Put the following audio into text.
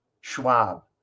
schwab